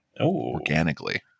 organically